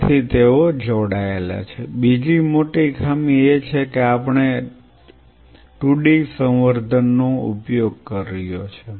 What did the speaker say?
તેથી તેઓ જોડાયેલા છે બીજી મોટી ખામી એ છે કે આપણે 2D સંવર્ધન નો ઉપયોગ કર્યો છે